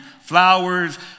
Flowers